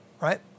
right